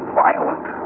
violent